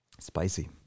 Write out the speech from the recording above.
Spicy